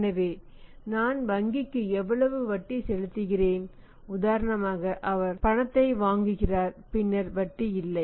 எனவே நான் வங்கிக்கு எவ்வளவு வட்டி செலுத்துகிறேன் உதாரணமாக அவர் பணத்தை வாங்குகிறார் பின்னர் வட்டி இல்லை